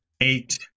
eight